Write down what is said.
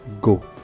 go